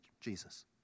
Jesus